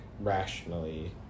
rationally